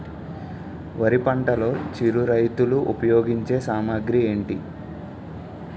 వరి పంటలో చిరు రైతులు ఉపయోగించే సామాగ్రి ఏంటి?